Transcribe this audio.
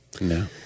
No